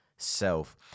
self